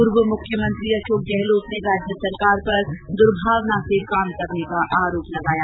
पूर्व मुख्यमंत्री अशोक गहलोत ने राज्य सरकार पर दुर्भावना से काम करने का आरोप लगाया